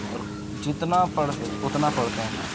اور جتنا پڑھ اتنا پڑھتے ہیں